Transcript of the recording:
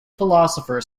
philosopher